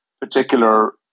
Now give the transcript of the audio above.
particular